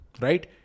right